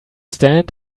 stand